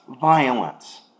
violence